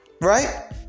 right